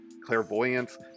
Clairvoyance